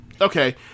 Okay